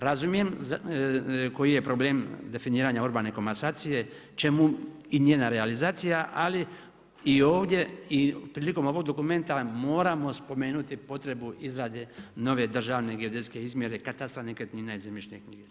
Razumijem koji je problem definiranje urbane komasacije, čemu i njena realizacija ali i ovdje i prilikom ovog dokumenta moramo spomenuti potrebu izrade nove državne geodetske izmjere, katastra nekretnina i zemljišne knjige.